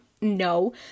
no